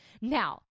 now